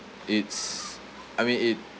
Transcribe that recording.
it's I mean it